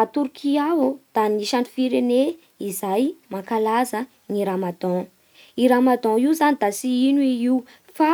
A Torkia aô da anisan'ny firene izay mankalaza ny ramadan. I ramadan io zany da tsy ino i io fa